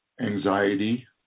anxiety